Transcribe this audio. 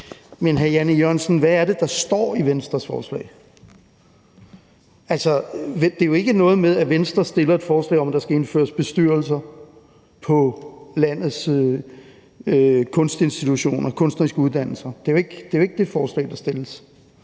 Men, hr. Jan E. Jørgensen, hvad er det, der står i Venstres forslag? Altså, det er jo ikke noget med, at Venstre fremsætter et forslag om, at der skal indføres bestyrelser på landets kunstneriske uddannelser. Det er ikke det forslag, der fremsættes.